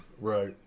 Right